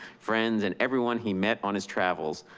friends and everyone he met on his travels.